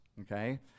okay